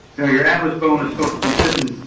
you know your atlas bone is supposed to be sitting,